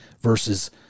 versus